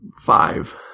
five